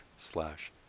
slash